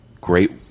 Great